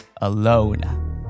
Alone